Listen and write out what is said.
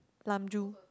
Lime juice